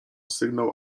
sygnał